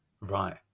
Right